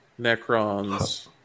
Necrons